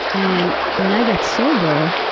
and when i got sober,